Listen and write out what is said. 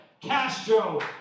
Castro